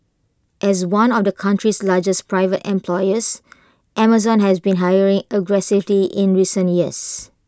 as one of the country's largest private employers Amazon has been hiring aggressively in recent years